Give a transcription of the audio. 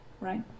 Right